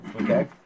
Okay